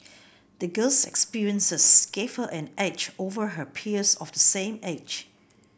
the girl's experiences gave her an edge over her peers of the same age